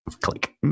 Click